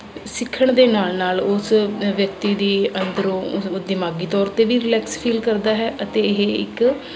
ਸਿੱਖਣ ਦੇ ਨਾਲ ਨਾਲ ਉਸ ਵਿਅਕਤੀ ਦੀ ਅੰਦਰੋਂ ਦਿਮਾਗੀ ਤੌਰ 'ਤੇ ਵੀ ਰਿਲੈਕਸ ਫੀਲ ਕਰਦਾ ਹੈ ਅਤੇ ਇਹ ਇੱਕ